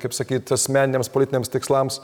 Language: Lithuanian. kaip sakyt asmeniniams politiniams tikslams